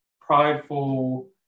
prideful